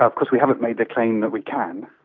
of course we haven't made the claim that we can,